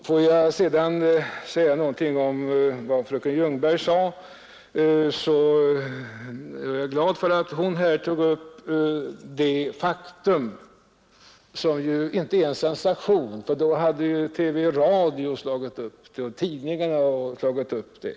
Får jag sedan säga någonting om vad fröken Ljungberg yttrade, så är jag glad för att hon tog upp något som är ett faktum och inte en sensation, för då hade ju TV och radio och tidningar slagit upp det.